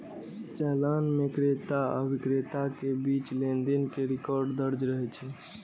चालान मे क्रेता आ बिक्रेता के बीच लेनदेन के रिकॉर्ड दर्ज रहै छै